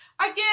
again